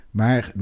maar